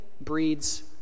breeds